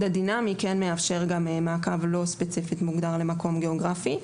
הדינמי מאפשר גם מעקב לא ספציפית מוגדר למקום גיאוגרפי.